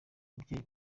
babyeyi